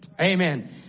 Amen